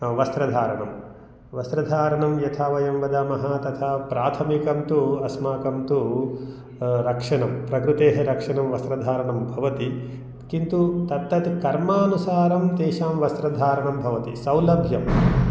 वस्त्रधारणं वस्त्रधारणं यथा वयं वदामः तथा प्राथमिकं तु अस्माकं तु रक्षणं प्रकृतेः रक्षणं वस्त्रधारणं भवति किन्तु तत्त्त् कर्मानुसारं तेषां वस्त्रधारणं भवति सौलभ्यं